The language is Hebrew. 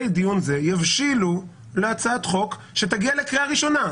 הדיון יבשילו לכדי הצעת חוק שתגיע לקריאה ראשונה.